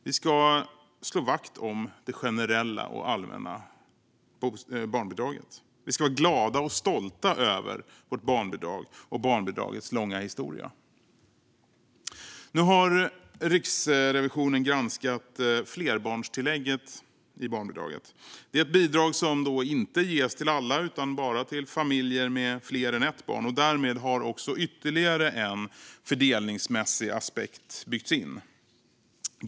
Vi ska slå vakt om det generella och allmänna barnbidraget. Vi ska vara glada och stolta över vårt barnbidrag och barnbidragets långa historia. Nu har Riksrevisionen granskat flerbarnstillägget i barnbidraget. Det är ett bidrag som inte ges till alla utan bara till familjer med fler än ett barn. Därmed har också ytterligare en fördelningsmässig aspekt byggts in.